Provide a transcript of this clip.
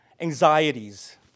anxieties